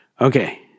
Okay